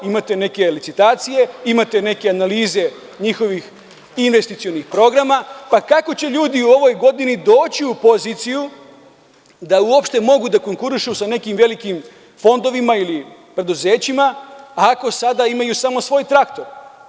Imate neke licitacije, imate neke analize njihovih investicionih programa, pa, kako će ljudi u ovoj godini doći u poziciju da uopšte mogu da konkurišu sa nekim velikim fondovima ili preduzećima ako sada imaju samo svoj traktor?